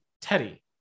Teddy